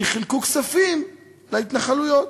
כי חילקו כספים להתנחלויות.